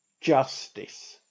justice